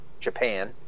Japan